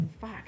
fuck